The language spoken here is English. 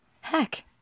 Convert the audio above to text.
Heck